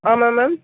ஆமாம் மேம்